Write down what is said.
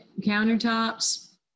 countertops